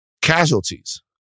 casualties